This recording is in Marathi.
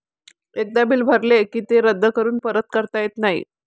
एकदा बिल भरले की ते रद्द करून परत करता येत नाही